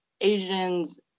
Asians